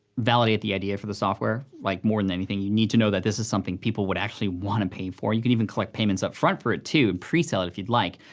validate the idea for the software, like, more than anything, you need to know that this is something people would actually wanna pay for, you can even collect payments up front for it too, and pre-sell it, if you'd like,